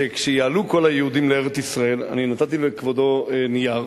שכשיעלו כל היהודים לארץ-ישראל, נתתי לכבודו נייר,